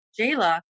Jayla